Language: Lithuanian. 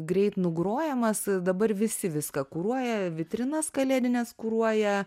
greit nugrojamas dabar visi viską kuruoja vitrinas kalėdines kuruoja